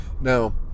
now